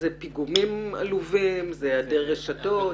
זה פיגומים עלובים, זה היעדר רשתות.